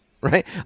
right